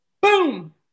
Boom